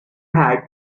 had